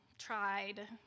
Tried